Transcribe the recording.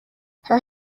her